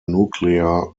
nuclear